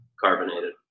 carbonated